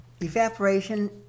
Evaporation